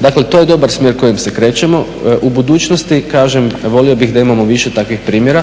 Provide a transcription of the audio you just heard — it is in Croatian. Dakle, to je dobar smjer kojim se krećemo. U budućnosti kažem volio bih da imamo više takvih primjera.